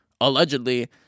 allegedly